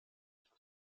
für